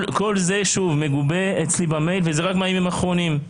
כל זה מגובה אצלי, וזה רק מהימים האחרונים.